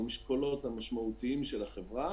המשקולות המשמעותיים של החברה,